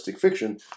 fiction